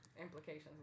Implications